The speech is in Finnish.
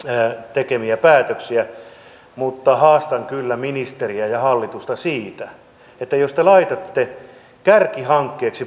tekemiä päätöksiä mutta haastan kyllä ministeriä ja hallitusta siitä että jos te laitatte kärkihankkeeksi